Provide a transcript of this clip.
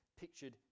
pictured